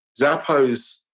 Zappos